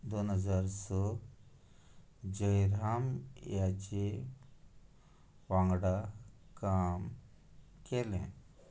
दोन हजार स जयराम ह्याचे वांगडा काम केलेंं